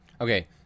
Okay